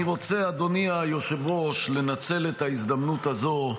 אני רוצה, אדוני היושב-ראש, לנצל את ההזדמנות הזו,